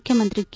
ಮುಖ್ಯಮಂತ್ರಿ ಕೆ